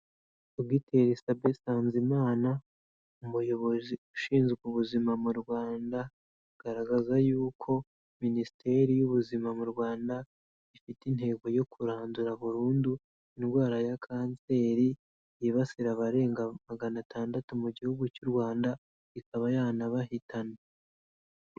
Dogiteri Sabe Nsanzimana, umuyobozi ushinzwe ubuzima mu Rwanda, agaragaza y'uko Minisiteri y'Ubuzima mu Rwanda, ifite intego yo kurandura burundu, indwara ya kanseri, yibasira abarenga magana atandatu mu gihugu cy'u Rwanda, ikaba yanabahitana.